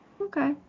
okay